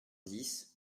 dix